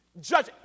Judge